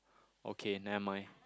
okay never mind